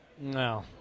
No